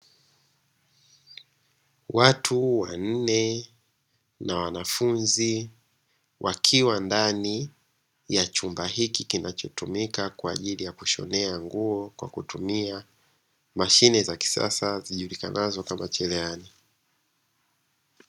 Watu wanne na wanafunzi wakiwa ndani ya chumba hiki kinachotumika kwa ajili ya kushonea nguo, kwa kutumia mashine za kisasa zijulikanazo kama cherehani.